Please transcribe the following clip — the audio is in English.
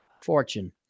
fortune